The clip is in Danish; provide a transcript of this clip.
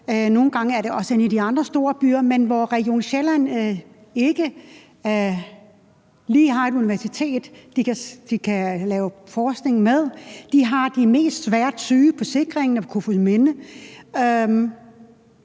Nogle gange er det også inde i de andre store byer, men Region Sjælland, der ikke lige har et universitet, de kan lave forskning på, men har de sværest syge på Sikringen og på Kofoedsminde,